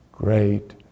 great